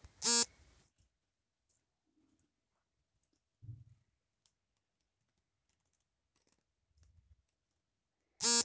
ಅಪಾಯ ಮುಕ್ತ ಹೂಡಿಕೆಯನ್ನು ಎಫ್.ಡಿ ಅಥವಾ ಆರ್.ಡಿ ಎಲ್ಲಿ ಹೂಡಿಕೆ ಮಾಡುವ ಒಂದು ಪ್ರಮುಖ ಹೂಡಿಕೆ ಯಾಗಿದೆ